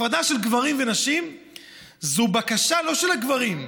הפרדה בין גברים לנשים זו בקשה לא של הגברים,